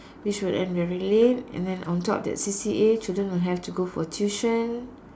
which would end very late and then on top that C_C_A children have to go for tuition